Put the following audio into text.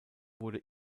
wurde